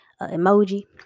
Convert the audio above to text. emoji